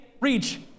reach